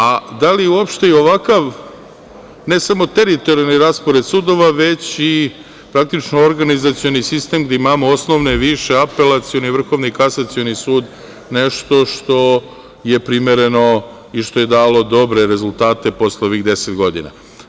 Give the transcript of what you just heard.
A da li uopšte ovakav ne samo teritorijalni raspored sudova, već i praktično organizacioni sistem, gde imamo osnovne, više, apelacione, Vrhovni i Kasacioni sud nešto što je primereno i što je dalo dobre rezultate posle ovih deset godina?